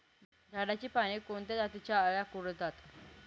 झाडाची पाने कोणत्या जातीच्या अळ्या कुरडतात?